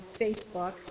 Facebook